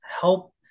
help